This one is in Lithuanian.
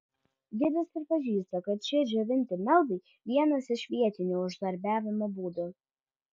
gidas pripažįsta kad šie džiovinti meldai vienas iš vietinių uždarbiavimo būdų